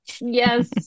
Yes